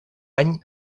any